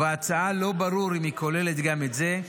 ובהצעה לא ברור אם היא כוללת גם את זה,